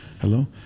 Hello